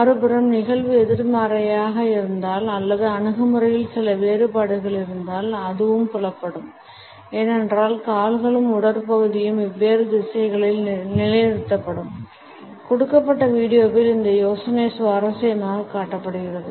மறுபுறம் நிகழ்வு எதிர்மறையாக இருந்தால் அல்லது அணுகுமுறையில் சில வேறுபாடுகள் இருந்தால் அதுவும் புலப்படும் ஏனென்றால் கால்களும் உடற்பகுதியும் வெவ்வேறு திசைகளில் நிலைநிறுத்தப்படும் கொடுக்கப்பட்ட வீடியோவில் இந்த யோசனை சுவாரஸ்யமாகக் காட்டப்பட்டுள்ளது